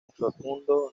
facundo